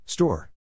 Store